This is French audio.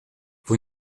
vous